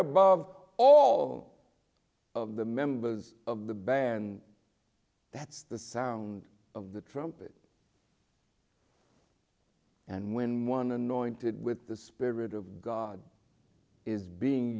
above all of the members of the band that's the sound of the trumpet and when one anointed with the spirit of god is being